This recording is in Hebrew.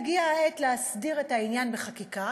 הגיעה העת להסדיר את העניין בחקיקה,